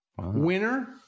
winner